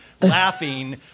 laughing